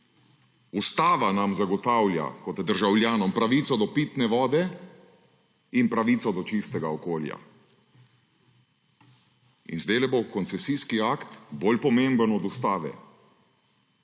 Ustava nam zagotavlja kot državljanom pravico do pitne vode in pravico do čistega okolja. In zdajle bo koncesijski akt bolj pomemben od ustave!